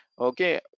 okay